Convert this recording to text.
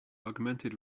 augmented